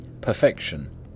Perfection